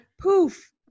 poof